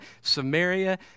Samaria